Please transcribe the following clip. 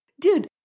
Dude